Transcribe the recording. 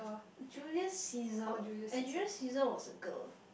Julia Caesar and Julia Caesar was a girl